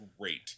great